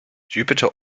jupiter